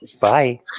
Bye